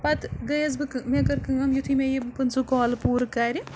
پَتہٕ گٔیَس بہٕ مےٚ کٔر کٲم یُتھُے مےٚ یِم پٕنٛژٕ کالہٕ پوٗرٕ کَرِ